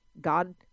God